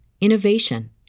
innovation